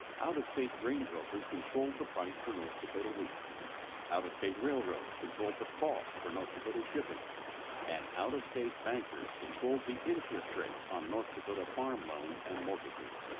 out-of-state grain brokers controlled the price for north dakota wheat out-of-state railroads controlled the but cost for north dakota shipping and out-of-state bankers controlled the interest rates on north dakota farm loans and mortgages.